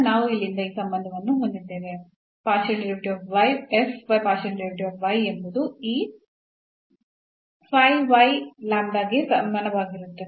ನಾವು ಇಲ್ಲಿಂದ ಈ ಸಂಬಂಧವನ್ನು ಹೊಂದಿದ್ದೇವೆ ಎಂಬುದು ಈ ಗೆ ಸಮಾನವಾಗಿರುತ್ತದೆ